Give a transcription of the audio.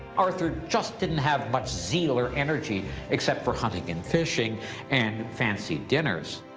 arthur just didn't have much zeal or energy except for hunting and fishing and fancy dinners.